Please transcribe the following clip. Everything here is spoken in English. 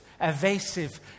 evasive